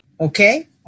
Okay